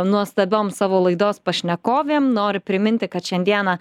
nuostabiom savo laidos pašnekovėm noriu priminti kad šiandieną